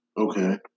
Okay